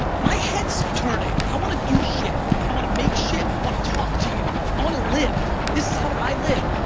my head's turning. i want to do shit. i want to makes shit, i want to talk to you. i want to live. this is how i live.